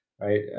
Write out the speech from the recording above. right